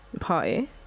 party